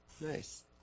nice